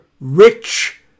rich